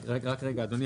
רק רגע, אדוני.